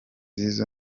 izo